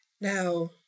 Now